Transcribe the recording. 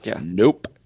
Nope